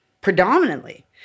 predominantly